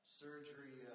surgery